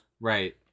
Right